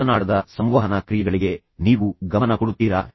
ಮಾತನಾಡದ ಸಂವಹನ ಕ್ರಿಯೆಗಳಿಗೆ ನೀವು ಗಮನ ಕೊಡುತ್ತೀರಾ